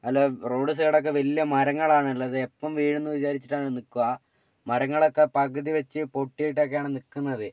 അതിൽ ആ റോഡ് സൈഡൊക്കെ വലിയ മരങ്ങളാണ് ഉള്ളത് എപ്പം വീഴും എന്ന് വിചാരിച്ചിട്ടാണ് നിൽക്കുക മരങ്ങളൊക്കെ പകുതി വച്ച് പൊട്ടിയിട്ടൊക്കെയാണ് നിൽക്കുന്നത്